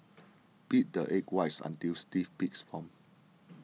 beat the egg whites until stiff peaks form